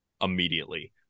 immediately